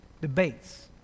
Debates